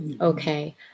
okay